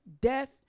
death